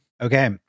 Okay